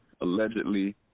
allegedly